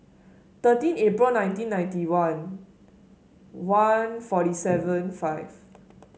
thirteen April nineteen ninety one one forty seven five